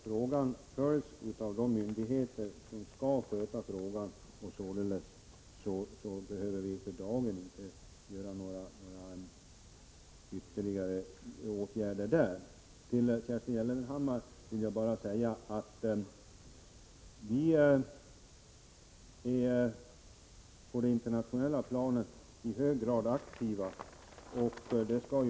Frågan följs av de myndigheter som skall sköta den. Således behöver vi inte för dagen vidta några ytterligare åtgärder. På det internationella planet är vi i hög grad aktiva, Kerstin Gellerman.